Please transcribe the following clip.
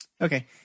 Okay